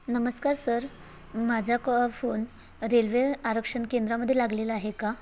नमस्कार सर माझा कॉ फोन रेल्वे आरक्षण केंद्रामध्ये लागलेला आहे का